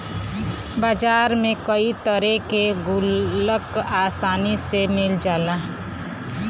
बाजार में कई तरे के गुल्लक आसानी से मिल जाला